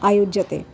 आयोज्यते